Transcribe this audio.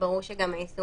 אזור תיירות מיוחד,